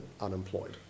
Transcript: unemployed